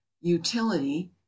utility